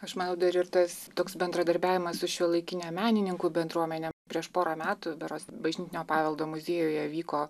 aš manau dar ir tas toks bendradarbiavimas su šiuolaikine menininkų bendruomene prieš porą metų berods bažnytinio paveldo muziejuje vyko